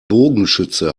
bogenschütze